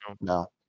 No